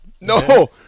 No